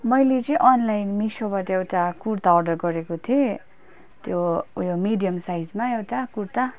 मैले चाहिँ अनलाइन मिसोबाट एउटा कुर्ता अर्डर गरेको थिएँ त्यो ऊ यो मिडियम साइजमा एउटा कुर्ता